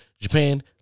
Japan